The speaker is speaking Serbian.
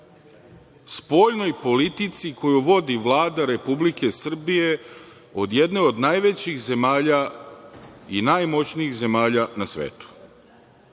spoljnoj politici koju vodi Vlada Republike Srbije od jedne od najvećih zemalja i najmoćnijih zemalja na svetu.